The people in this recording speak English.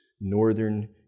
northern